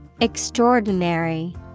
Extraordinary